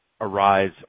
arise